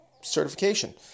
certification